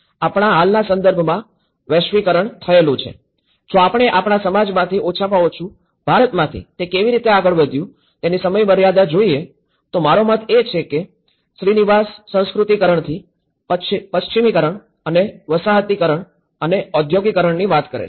આપણા હાલના સંદર્ભમાં વૈશ્વિકરણ થયેલું છે જો આપણે આપણા સમાજમાંથી ઓછામાં ઓછું ભારતમાંથી તે કેવી રીતે આગળ વધ્યું તેની સમયમર્યાદા જોઈએ તો મારો મત એ છે કે શ્રીનિવાસ સંસ્કૃતિકરણથી પશ્ચિમકરણ અને વસાહતીકરણ અને ઔદ્યોગિકરણની વાત કરે છે